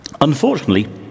Unfortunately